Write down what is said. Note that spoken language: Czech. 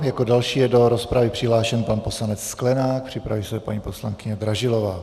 Jako další je do rozpravy přihlášen pan poslanec Sklenák, připraví se paní poslankyně Dražilová.